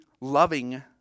loving